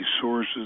sources